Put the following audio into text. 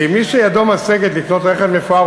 כי מי שידו משגת לקנות רכב מפואר,